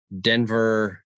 Denver